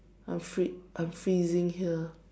outfit I'm still using here